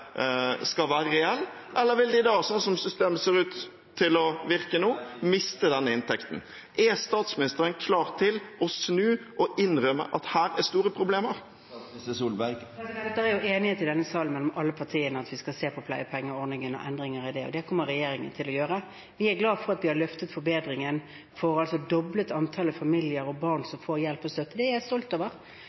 skal være reell, eller vil de da – sånn som systemet ser ut til å virke nå – miste denne inntekten? Er statsministeren klar til å snu og innrømme at her er det store problemer? Det er jo enighet mellom alle partier i denne salen om at vi skal se på pleiepengeordningen og endringer av den, og det kommer regjeringen til å gjøre. Vi er glad for at vi har løftet fram forbedringen, altså for å ha doblet antallet familier og barn som får hjelp og støtte. Det er jeg stolt